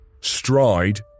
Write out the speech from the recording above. Stride